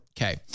Okay